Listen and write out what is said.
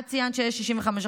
את ציינת שיש 65%,